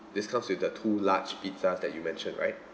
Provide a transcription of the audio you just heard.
this comes with the two large pizza that you mentioned right